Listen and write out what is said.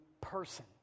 person